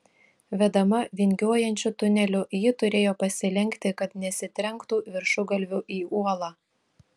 vedama vingiuojančiu tuneliu ji turėjo pasilenkti kad nesitrenktų viršugalviu į uolą